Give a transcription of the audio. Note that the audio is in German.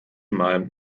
mal